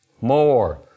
more